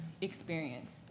experience